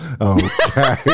okay